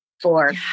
for-